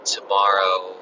Tomorrow